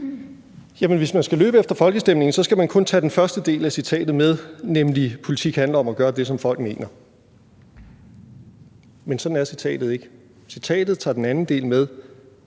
tale om at løbe efter folkestemningen, skal man kun tage den første del af citatet med, nemlig »politik handler om at gøre det, som folk mener«. Men sådan er citatet ikke. Citatet tager den anden del med,